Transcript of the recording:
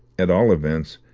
at all events,